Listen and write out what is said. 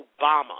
Obama